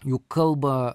juk kalba